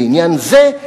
לעניין זה,